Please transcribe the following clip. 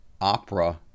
opera